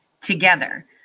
together